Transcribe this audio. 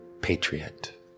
Patriot